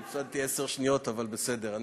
הפסדתי עשר שניות, אבל בסדר.